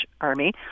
army